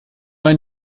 ein